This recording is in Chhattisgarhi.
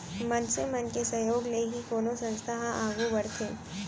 मनसे मन के सहयोग ले ही कोनो संस्था ह आघू बड़थे